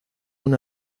una